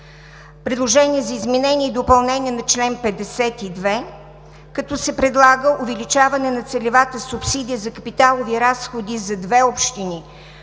предложение за изменение и допълнение на чл. 52, като се предлага увеличаване на целевата субсидия за капиталови разходи за две общини.